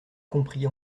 comprit